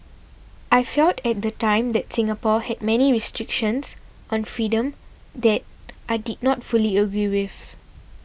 I felt at the time that Singapore had many restrictions on freedom that I did not fully agree with